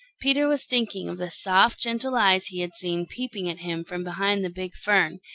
peter was thinking of the soft, gentle eyes he had seen peeping at him from behind the big fern,